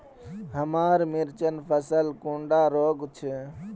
हमार मिर्चन फसल कुंडा रोग छै?